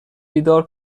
بیدار